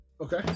Okay